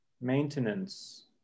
Maintenance